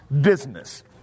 business